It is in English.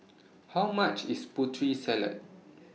How much IS Putri Salad